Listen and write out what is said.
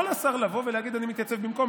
יכול השר לבוא ולהגיד: אני מתייצב במקום.